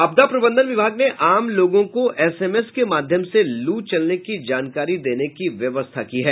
आपदा प्रबंधन विभाग ने आम लोगों को एसएमएस के माध्यम से लू चलने की जानकारी देने की व्यवस्था की है